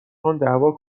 تنددعوا